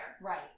right